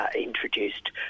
introduced